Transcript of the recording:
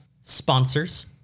sponsors